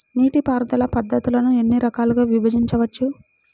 నీటిపారుదల పద్ధతులను ఎన్ని రకాలుగా విభజించవచ్చు?